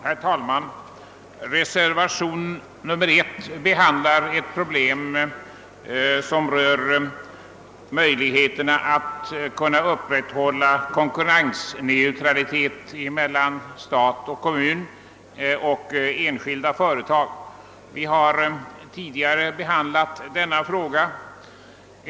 Herr talman! Reservationen 1 behandlar ett problem som rör möjligheterna att upprätthålla konkurrensneutralitet mellan å ena sidan stat och kommun och å andra sidan enskilda företag. Vi har tidigare behandlat den frågan.